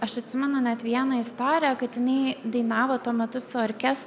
aš atsimenu net vieną istoriją kad jinai dainavo tuo metu su orkestru